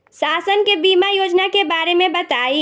शासन के बीमा योजना के बारे में बताईं?